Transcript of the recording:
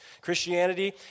Christianity